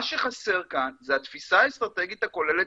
מה שחסר כאן זה התפיסה האסטרטגית הכוללת,